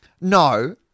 No